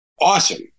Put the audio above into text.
awesome